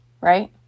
Right